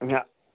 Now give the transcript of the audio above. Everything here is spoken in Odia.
ନା